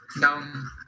down